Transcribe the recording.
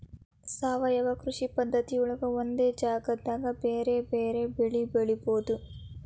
ಸಾವಯವ ಕೃಷಿ ಪದ್ಧತಿಯೊಳಗ ಒಂದ ಜಗದಾಗ ಬೇರೆ ಬೇರೆ ಬೆಳಿ ಬೆಳಿಬೊದು